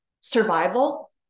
survival